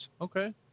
Okay